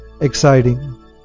exciting